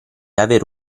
avere